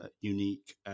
unique